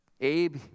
Abe